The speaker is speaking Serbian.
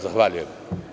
Zahvaljujem.